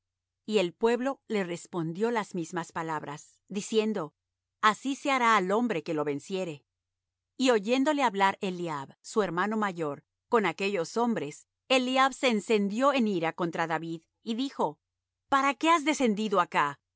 y el pueblo le respondió las mismas palabras diciendo así se hará al hombre que lo venciere y oyéndole hablar eliab su hermano mayor con aquellos hombres eliab se encendió en ira contra david y dijo para qué has descendido acá